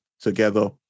together